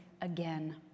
again